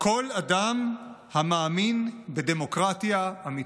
כל אדם המאמין בדמוקרטיה אמיתית?